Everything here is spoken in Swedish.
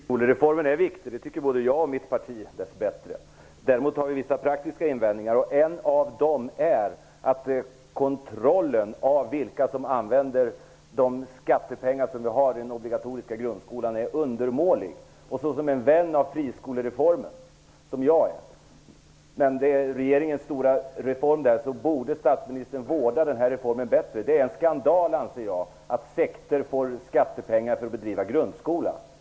Fru talman! Friskolereformen är viktig, det tycker både jag och mitt parti. Däremot har vi vissa praktiska invändningar. En av dem är att kontrollen av vilka som använder de skattepengar som är avsedda för den obligatoriska grundskolan är undermålig. Som den vän av grundskolereformen, som jag är, anser jag att regeringen borde vårda reformen bättre. Det är en skandal att sekter får skattepengar för att driva grundskola.